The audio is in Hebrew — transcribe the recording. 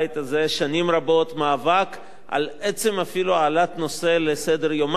שנים רבות מאבק אפילו על עצם העלאת הנושא על סדר-יומה של הכנסת.